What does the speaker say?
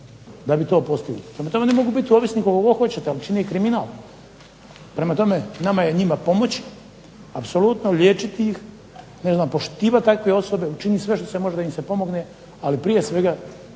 da bi to postigli. Prema tome oni mogu biti ovisnik koliko god hoćete, ali čine i kriminal. Prema tome nama je njima pomoći apsolutno, liječiti ih, ne znam, poštivat takve osobe, učiniti sve što se može da im se pomogne, ali prije svega